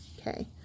Okay